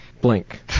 Blink